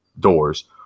Doors